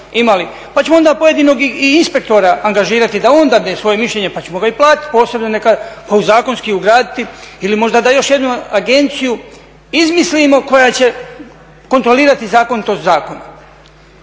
pa ćemo onda pojedinog inspektora angažirati da on dade svoje mišljenje pa ćemo ga i platiti posebno, pa zakonski ugraditi ili možda da još jednu agenciju izmislimo koja će kontrolirati zakonitost zakona.